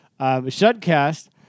Shudcast